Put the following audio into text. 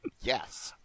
Yes